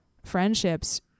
friendships